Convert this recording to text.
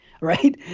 Right